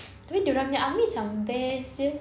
tapi dia orang punya army macam best jer